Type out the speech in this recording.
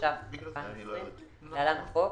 התש"ף-2020 (להלן החוק),